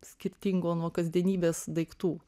skirtingo nuo kasdienybės daiktų